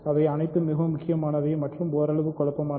இவை அனைத்தும் மிகவும் முக்கியமானவை மற்றும் ஓரளவு குழப்பமானவை